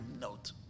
note